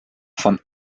zum